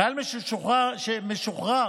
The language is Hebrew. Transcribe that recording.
חייל משוחרר